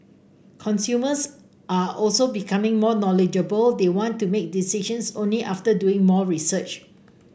consumers are also becoming more knowledgeable they want to make decisions only after doing more research